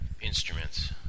instruments